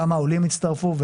כמה עולים הצטרפו,